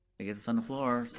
get this on the floor.